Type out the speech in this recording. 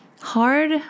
hard